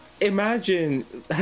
imagine